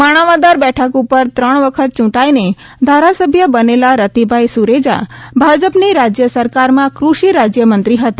માણાવદર બેઠક ઉપર ત્રણ વખત ચૂંટાઇને ધારાસભ્ય બનેલા રતિભાઇ સુરેજા ભાજપની રાજ્ય સરકારમાં કૃષિ રાજ્યમંત્રી હતા